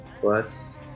plus